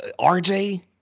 RJ